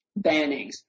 bannings